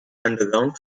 underground